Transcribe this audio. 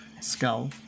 skull